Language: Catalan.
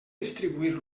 distribuir